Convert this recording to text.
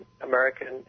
American